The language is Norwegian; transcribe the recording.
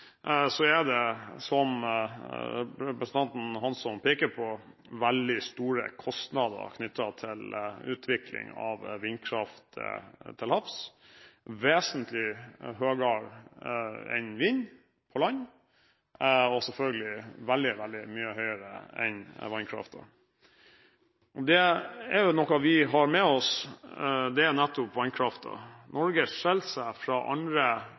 så er det, som representanten Hansson peker på, veldig store kostnader knyttet til utvikling av vindkraft til havs – vesentlig høyere enn til vind på land og selvfølgelig veldig mye høyere enn til vannkraften. Noe vi har med oss, er nettopp vannkraften. Norge skiller seg fra andre